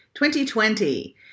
2020